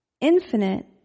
infinite